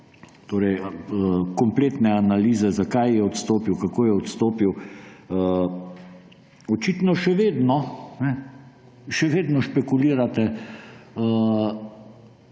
Kompletne analize, zakaj je odstopil, kako je odstopil. Očitno še vedno špekulirate